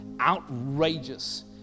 outrageous